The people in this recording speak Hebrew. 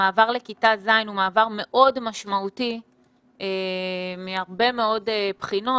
המעבר לכיתה ז' הוא מעבר מאוד משמעותי מהרבה מאוד בחינות,